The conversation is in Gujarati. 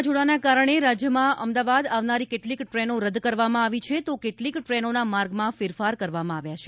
વાવાઝોડા ફેણીને કારણે રાજ્યમાં અમદાવાદ આવનારી કેટલીક ટ્રેનો રદ કરવામાં આવી છે તો કેટલીક ટ્રેનોના માર્ગમાં ફેરફાર કરવામાં આવ્યા છે